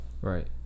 right